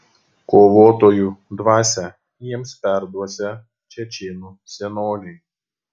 kovotojų dvasią jiems perduosią čečėnų senoliai